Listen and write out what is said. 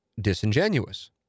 disingenuous